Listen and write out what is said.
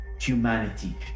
humanity